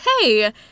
Hey